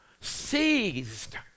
Seized